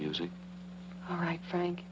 music all right frank